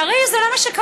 לצערי, זה לא מה שקרה.